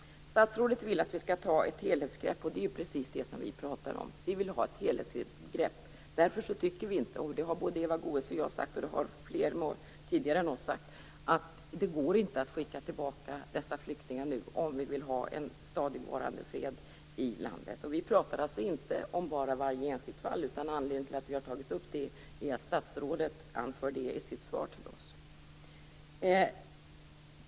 Statsrådet ville att vi skall ta ett helhetsgrepp, och det är precis vad vi vill. Därför tycker vi, vilket såväl Eva Goës som jag själv och flera sagt tidigare, att det inte går att skicka tillbaka dessa flyktingar nu, om vi vill ha en stadigvarande fred i landet. Vi pratar alltså inte bara om varje enskilt fall. Anledningen till att vi tog upp det är att statsrådet anförde det i sitt svar till oss.